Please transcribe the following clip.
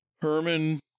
Herman